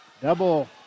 double